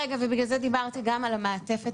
ובגלל זה דיברתי גם על המעטפת